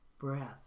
breath